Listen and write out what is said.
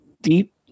deep